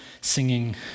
singing